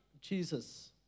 Jesus